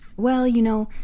well, you know,